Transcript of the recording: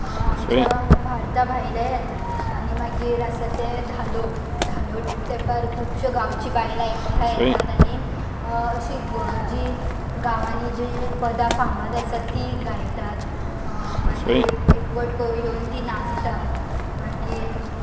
आमच्या भारता भायलेय येतात आनी मागीर आसा ते धालो धालो तेंपार खुबश्यो गांवचीं बायलां एकठांय येतात आनी अशी जीं गांवांनी जीं पदां फामाद आसात तीं गायतात मागीर एकवट येवन तीं नाचतात मागीर